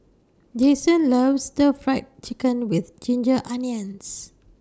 Jason loves Stir Fried Chicken with Ginger Onions